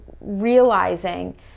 realizing